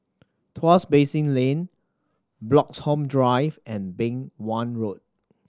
Tuas Basin Lane Bloxhome Drive and Beng Wan Road